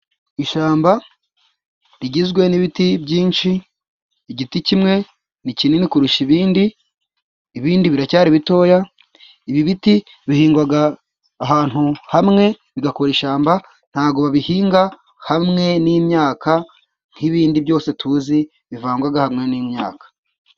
Ishyamba rigizwe n'ibiti byinshi, igiti kimwe ni kinini kurusha ibindi, ibindi biracyari bitoya, ibi biti bihingwa ahantu hamwe, bigakora ishyamba, nta bwo babihinga hamwe n'imyaka, nk'ibindi byose tuzi bivangwa hamwe n'imyaka.